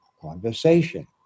conversation